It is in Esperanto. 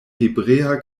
hebrea